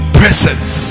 presence